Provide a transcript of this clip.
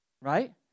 Right